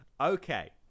okay